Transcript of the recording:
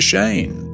Shane